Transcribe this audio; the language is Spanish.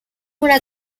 una